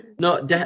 No